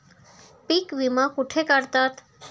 पीक विमा कुठे काढतात?